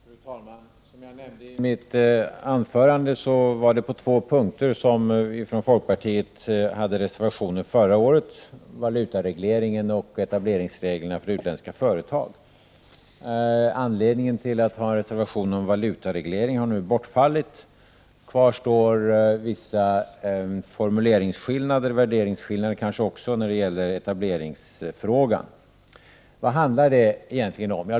Fru talman! Som jag nämnde i mitt anförande var det på två punkter som vi från folkpartiet hade reservationer förra året: valutaregleringen och etableringsreglerna för utländska företag. Reservationen om valutaregleringen har nu fallit bort. Kvar står vissa formuleringsskillnader, kanske också värderingsskillnader, när det gäller etableringsfrågan. Vad handlar det egentligen om?